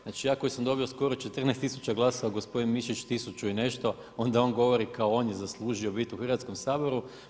Znači ja koji sam dobio skoro 14000 glasova, gospodin MIšić tisuću i nešto onda on govori kao on je zaslužio biti u Hrvatskom saboru.